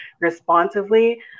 responsively